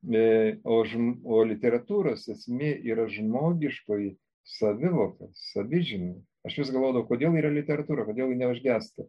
ė o literatūros esmė yra žmogiškoji savivoka savižina aš vis galvodavau kodėl yra literatūrą kodėl ji neužgęsta